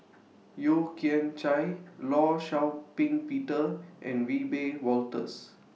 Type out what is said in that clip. Yeo Kian Chye law Shau Ping Peter and Wiebe Wolters